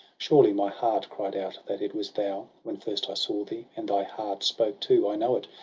surely my heart cried out that it was thou. when first i saw thee and thy heart spoke too, i know it!